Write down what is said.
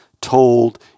told